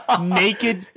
naked